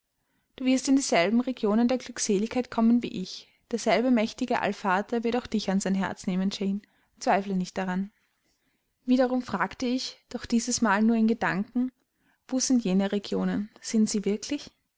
du wirst in dieselben regionen der glückseligkeit kommen wie ich derselbe mächtige allvater wird auch dich an sein herz nehmen jane zweifle nicht daran wiederum fragte ich doch dieses mal nur in gedanken wo sind jene regionen sind sie wirklich